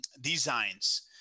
designs